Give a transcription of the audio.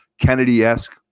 Kennedy-esque